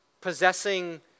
possessing